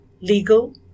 legal